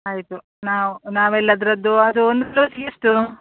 ಆಯಿತು ನಾವು ನಾವೆಲ್ಲ ಅದರದ್ದು ಅದು ಒಂದು ಬ್ಲೌಸ್ಗೆ ಎಷ್ಟು